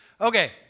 Okay